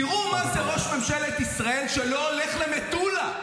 תראו מה זה, ראש ממשלת ישראל לא הולך למטולה,